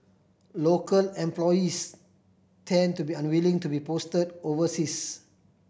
local employees tend to be unwilling to be post overseas